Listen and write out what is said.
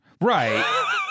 Right